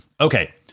Okay